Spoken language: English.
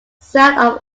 south